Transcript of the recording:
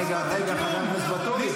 רגע, חבר הכנסת ואטורי.